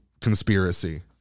conspiracy